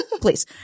Please